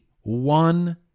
One